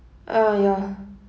uh ya